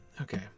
Okay